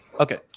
Okay